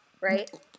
right